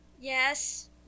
Yes